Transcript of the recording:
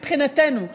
מבחינתנו,